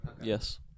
Yes